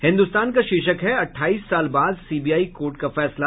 हिन्दुस्तान का शीर्षक है अट्ठाईस साल बाद सीबीआई कोर्ट का फैसला